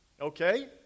Okay